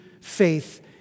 faith